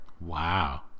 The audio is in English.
Wow